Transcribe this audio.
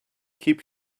keep